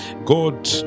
God